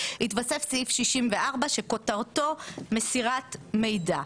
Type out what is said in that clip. התווסף סעיף 64 שכותרתו "מסירת מידע".